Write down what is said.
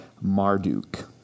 Marduk